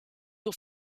your